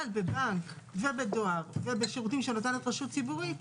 אבל בבנק, בדואר, ובשירותים שנותנת שרות ציבורית,